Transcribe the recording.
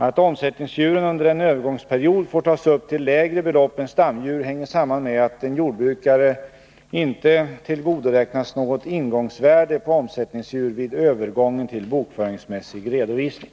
Att omsättningsdjuren under en övergångsperiod får tas upp till lägre belopp än stamdjur hänger samman med att en jordbrukare inte tillgodoräknas något ingångsvärde på omsättningsdjur vid övergången till bokföringsmässig redovisning.